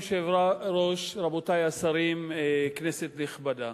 אדוני היושב-ראש, רבותי השרים, כנסת נכבדה,